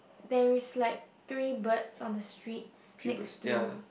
there is like three birds on the street next to